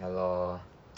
ya lor